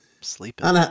sleeping